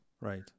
Right